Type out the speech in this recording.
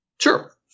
Sure